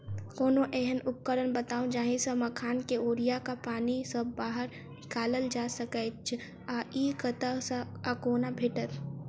कोनों एहन उपकरण बताऊ जाहि सऽ मखान केँ ओरिया कऽ पानि सऽ बाहर निकालल जा सकैच्छ आ इ कतह सऽ आ कोना भेटत?